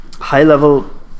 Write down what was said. High-level